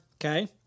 Okay